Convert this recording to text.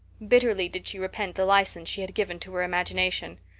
bitterly did she repent the license she had given to her imagination.